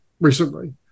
recently